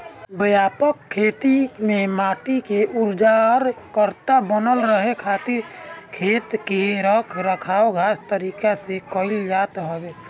व्यापक खेती में माटी के उर्वरकता बनल रहे खातिर खेत के रख रखाव खास तरीका से कईल जात हवे